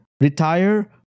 retire